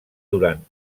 durant